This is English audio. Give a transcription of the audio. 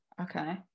Okay